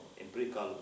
empirical